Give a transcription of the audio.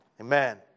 amen